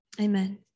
Amen